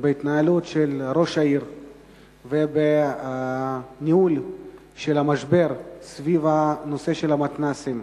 בהתנהלות של ראש העיר ובניהול של המשבר סביב נושא המתנ"סים.